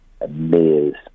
amazed